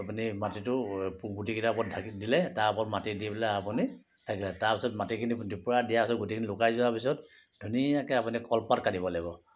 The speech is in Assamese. আপুনি মাটিটো গুটিকেইটা ওপৰত দিলে তাৰ ওপৰত মাটি দি পেলাই আপুনি তাৰ ওপৰত মাটিখিনি দিয়া পিছত মাটিখিনি লুকাই যোৱা পিছত ধুনীয়াকৈ আপুনি কলপাত কাটিব লাগিব